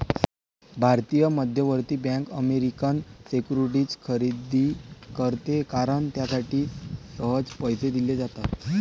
भारताची मध्यवर्ती bank American securities खरेदी करते कारण त्यासाठी सहज पैसे दिले जातात